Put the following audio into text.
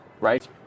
right